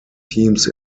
teams